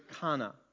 kana